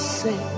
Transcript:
say